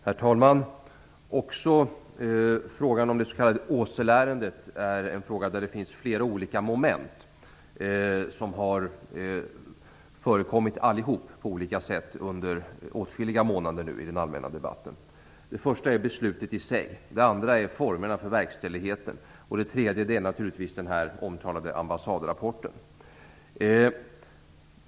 Herr talman! Också det s.k. Åseleärendet är en fråga där det finns flera olika moment. Alla dessa har på olika sätt förekommit under åtskilliga månader i den allmänna debatten. Det första är beslutet i sig. Det andra är formerna för verkställigheten. Det tredje är naturligtvis den omtalade ambassadrapporten.